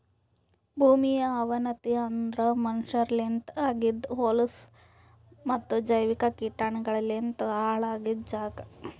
ಭೂಮಿಯ ಅವನತಿ ಅಂದುರ್ ಮನಷ್ಯರಲಿಂತ್ ಆಗಿದ್ ಹೊಲಸು ಮತ್ತ ಜೈವಿಕ ಕೀಟಗೊಳಲಿಂತ್ ಹಾಳ್ ಆಗಿದ್ ಜಾಗ್